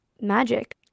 magic